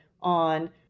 on